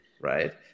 Right